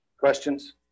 Questions